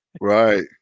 Right